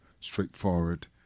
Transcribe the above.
straightforward